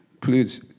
please